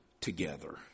together